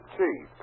Chief